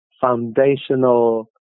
foundational